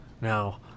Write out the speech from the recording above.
Now